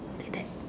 like that